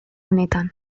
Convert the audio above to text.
honetan